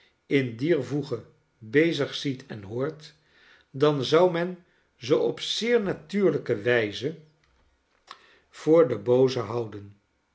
in diervoege bezig ziet en hoort dan zou men ze op zeer natuurlljke wijze voor den booze houden